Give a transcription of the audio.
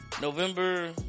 November